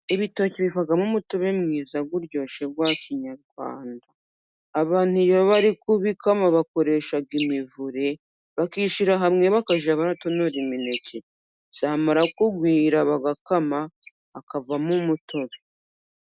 Ibitoki bivamo umutobe mwiza uryoshye wa kinyarwanda. Abantu iyo bari kubikama bakoresha imivure, bakishyira hamwe bakajya baratonora imineke. Yamara kugwira bagakama hakavamo umutobe.